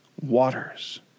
waters